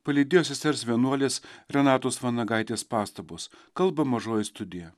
palydėjo sesers vienuolės renatos vanagaitės pastabos kalba mažoji studija